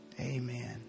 Amen